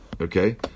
Okay